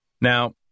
Now